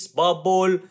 bubble